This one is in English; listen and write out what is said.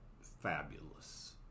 fabulous